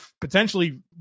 potentially